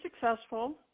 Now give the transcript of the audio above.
successful